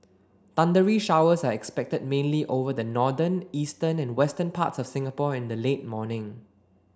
thundery showers are expected mainly over the northern eastern and western parts of Singapore in the late morning